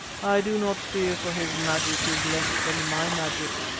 i do not fear, for his magic is less than my magic,